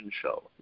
show